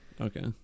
Okay